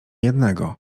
jednego